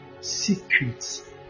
secrets